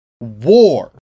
war